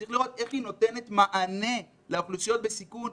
צריכה לראות איך היא נותנת מענה לאוכלוסיות בסיכון,